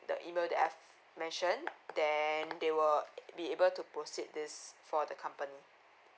the email that I've mentioned then they will be able to proceed this for the company